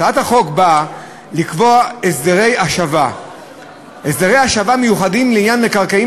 הצעת החוק באה לקבוע הסדרי השבה מיוחדים לעניין מקרקעין